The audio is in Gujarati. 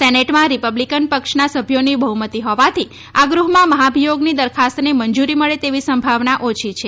સેનેટમાં રિપબ્લીકન પક્ષના સભ્યોની બહ્મતી હોવાથી આ ગૃહમાં મહાભિયોગની દરખાસ્તને મંજુરી મળે તેવી સંભાવના ઓછી છે